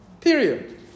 period